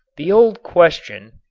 the old question,